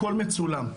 הכל מצולם.